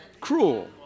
Cruel